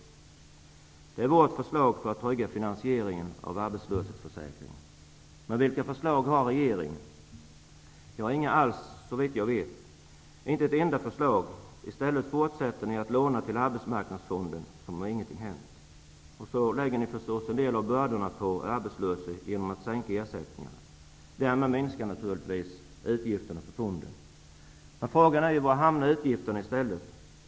Detta är våra förslag för att trygga finansieringen av försäkringen. Men vilka förslag har regeringen? Inga alls såvitt jag vet. I stället fortsätter ni att låna till arbetsmarknadsfonden som om ingenting hänt. Så lägger ni förstås en del av bördorna på de arbetslösa genom att sänka ersättningarna. Därmed minskar naturligtvis utgifterna för fonden. Men var hamnar utgifterna i stället?